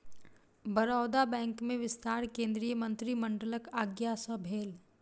Baroda bank में विस्तार केंद्रीय मंत्रिमंडलक आज्ञा सँ भेल